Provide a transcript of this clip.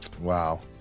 Wow